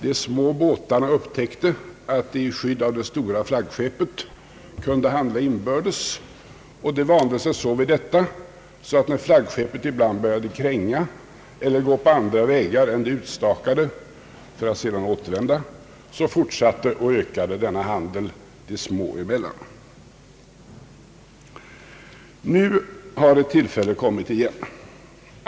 De små båtarna upptäckte att de i skydd av det stora flaggskeppet kunde handla inbördes, och de vande sig så vid detta att när flaggskeppet ibland började kränga eller gå på andra rutter än de utstakade — för att sedan återvända — fortsatte och ökade denna handel de små emellan. Nu har åter ett tillfälle kommit.